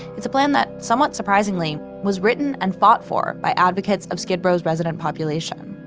it's a plan that somewhat surprisingly was written and fought for by advocates of skid row's resident population